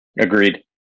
Agreed